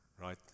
right